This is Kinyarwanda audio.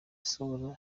basohora